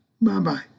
Bye-bye